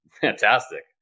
Fantastic